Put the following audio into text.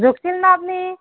জুখিছিল নে আপুনি